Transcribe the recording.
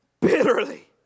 bitterly